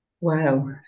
Wow